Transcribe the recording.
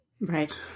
Right